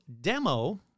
demo